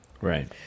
Right